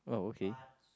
uh okay